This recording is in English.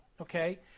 okay